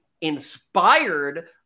inspired